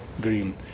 green